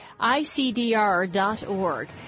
ICDR.org